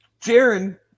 Jaron